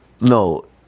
no